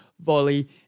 volley